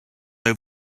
over